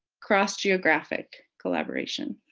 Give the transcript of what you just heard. cross-geographic collaboration.